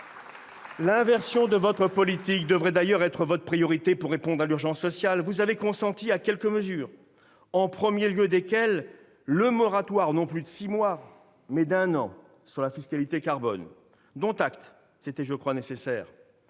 L'inversion de votre politique devrait d'ailleurs être votre priorité pour répondre à l'urgence sociale. Vous avez consenti à quelques mesures, au premier rang desquelles un moratoire non plus de six mois, mais d'un an, sur la fiscalité carbone. Dont acte : c'était, je le crois, nécessaire.